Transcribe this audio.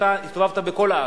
אתה הסתובבת בכל הארץ.